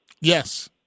Yes